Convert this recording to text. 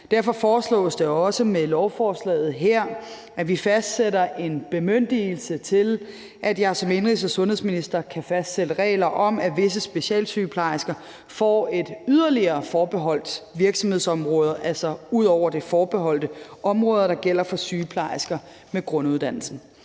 Derfor foreslås det også med lovforslaget her, at vi fastsætter en bemyndigelse til, at jeg som indenrigs- og sundhedsminister kan fastsætte regler om, at visse specialsygeplejersker får et yderligere forbeholdt virksomhedsområde, altså ud over det forbeholdte område, der gælder for sygeplejersker med grunduddannelsen.